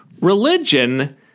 Religion